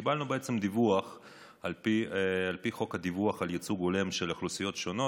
קיבלנו דיווח על פי חוק הדיווח על ייצוג הולם של אוכלוסיות שונות,